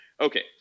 Okay